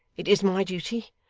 it is my duty,